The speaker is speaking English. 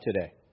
today